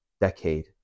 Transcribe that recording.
decade